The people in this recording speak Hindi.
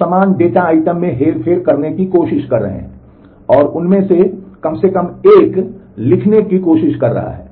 समान डेटा आइटम में हेरफेर करने की कोशिश कर रहे हैं और उनमें से कम से कम एक लिखने की कोशिश कर रहा है